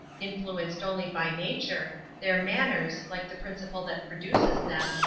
influenced only by nature, their manners, like the principle that produces them,